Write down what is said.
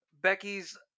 Becky's